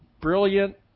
brilliant